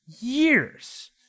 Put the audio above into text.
years